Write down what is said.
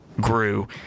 grew